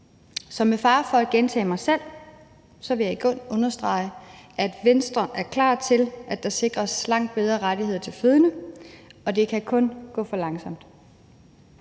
Så med fare for at gentage mig selv, vil jeg igen understrege, at Venstre er klar til, at der sikres langt bedre rettigheder til fødende, og det kan kun gå for langsomt.